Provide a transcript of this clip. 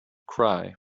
cry